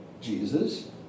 Jesus